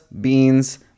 beans